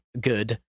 good